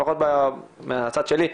לפחות מהצד שלי,